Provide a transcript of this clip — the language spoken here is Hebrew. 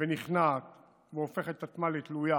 ונכנעת והופכת את עצמה לתלויה